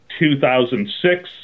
2006